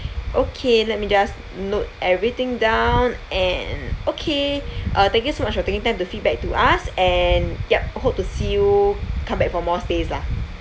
okay let me just note everything down and okay uh thank you so much for taking time to feedback to us and yup hope to see you come back for more stays lah